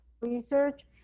research